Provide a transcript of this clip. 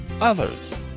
others